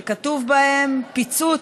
שכתוב בהם: פיצוץ,